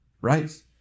right